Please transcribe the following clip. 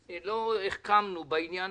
לא החכמנו בעניין